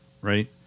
right